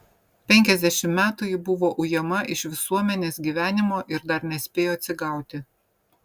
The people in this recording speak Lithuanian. penkiasdešimt metų ji buvo ujama iš visuomenės gyvenimo ir dar nespėjo atsigauti